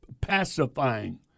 pacifying